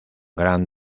gran